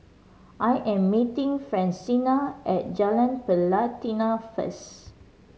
I am meeting Francina at Jalan Pelatina first